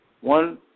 One